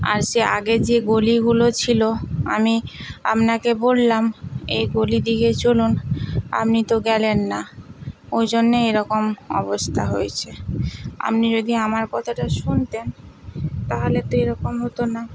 আর সে আগে যে গলিগুলো ছিল আমি আপনাকে বললাম এই গলি দিকে চলুন আপনি তো গেলেন না ওই জন্যে এরকম অবস্থা হয়েছে আপনি যদি আমার কথাটা শুনতেন তাহলে তো এরকম হতো না